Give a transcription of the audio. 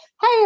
hey